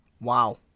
wow